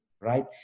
right